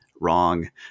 wrong